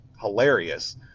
hilarious